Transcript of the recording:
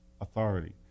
authority